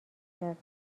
کردند